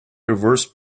reverse